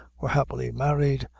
were happily married,